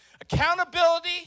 Accountability